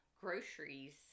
groceries